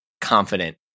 confident